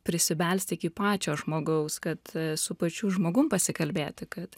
prisibelsti iki pačio žmogaus kad su pačiu žmogum pasikalbėti kad